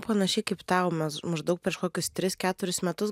panašiai kaip tau maždaug prieš kokius tris keturis metus